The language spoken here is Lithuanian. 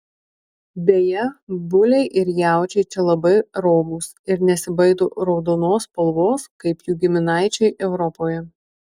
beje buliai ir jaučiai čia labai romūs ir nesibaido raudonos spalvos kaip jų giminaičiai europoje